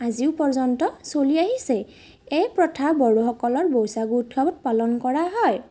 আজিও পৰ্যন্ত চলি আহিছেই এই প্ৰথা বড়োসকলৰ বৈশাগু উৎসৱত পালন কৰা হয়